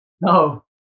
No